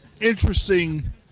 interesting